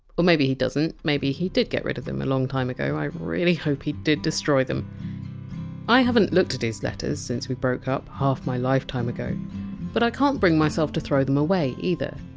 or maybe he doesn't, maybe he did get rid of them, a long time ago i really hope he did destroy them i haven't looked at his letters since we broke up, half my lifetime ago but i can't bring myself to throw them away, either.